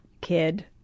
kid